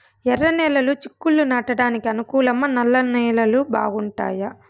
ఎర్రనేలలు చిక్కుళ్లు నాటడానికి అనుకూలమా నల్ల నేలలు బాగుంటాయా